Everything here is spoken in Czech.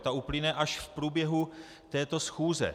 Ta uplyne až v průběhu této schůze.